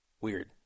Weird